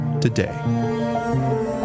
today